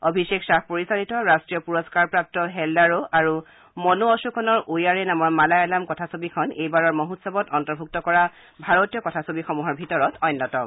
অভিষেক খাহ পৰিচালিত ৰাষ্ট্ৰীয় পুৰস্কাৰপ্ৰাপু হেল্লাৰ আৰু মনু অশোকনৰ উয়াৰে নামৰ মালায়ালম কথাছবিখন এইবাৰৰ মহোৎসৱত অন্তৰ্ভুক্ত কৰা ভাৰতীয় কথাছবিসমূহৰ ভিতৰত অন্যতম